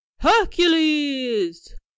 hercules